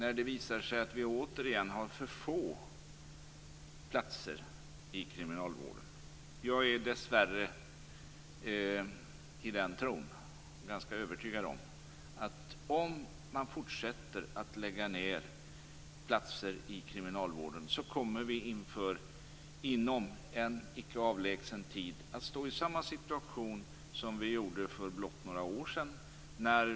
Då visar det sig att vi återigen har för få platser i kriminalvården. Jag är dessvärre av den tron. Jag är ganska övertygad om, att om man fortsätter att lägga ned platser i kriminalvården kommer vi att inom en icke avlägsen framtid stå i samma situation som för blott några år sedan.